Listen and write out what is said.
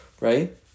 Right